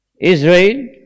Israel